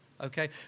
okay